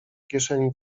kieszeni